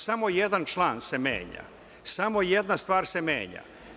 Samo jedan član se menja, samo jedna stvar se menja.